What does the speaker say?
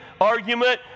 argument